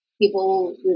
people